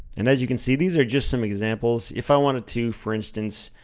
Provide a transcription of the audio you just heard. and as you can see, these are just some examples. if i wanted to, for instance,